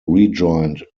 rejoined